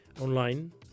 online